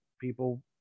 people